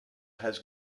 has